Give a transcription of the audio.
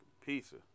pizza